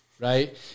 Right